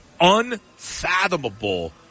unfathomable